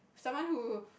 someone who